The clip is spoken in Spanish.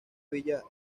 villa